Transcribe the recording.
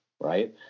right